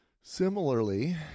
Similarly